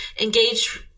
engage